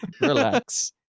Relax